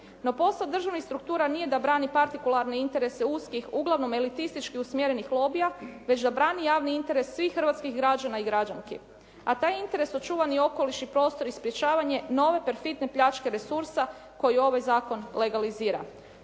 No, posao državnih struktura nije da brani partikularne interese uskih uglavnom elitistički usmjerenih lobija već da brani javni interes svih hrvatskih građana i građanki. A taj je interes očuvani okoliš i prostor i sprječavanje nove perfitne pljačke resursa koji ovaj zakon legalizira.